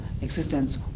existence